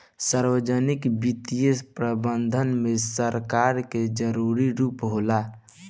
सार्वजनिक वित्तीय प्रबंधन में सरकार के जरूरी रूप होला